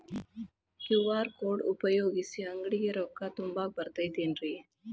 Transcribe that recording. QR code ಉಪಯೋಗಿಸಿ, ಅಂಗಡಿಗೆ ರೊಕ್ಕಾ ತುಂಬಾಕ್ ಬರತೈತೇನ್ರೇ?